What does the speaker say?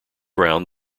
round